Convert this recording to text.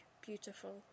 beautiful